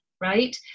right